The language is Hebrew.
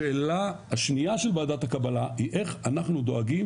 השאלה השנייה של ועדת הקבלה היא איך אנחנו דואגים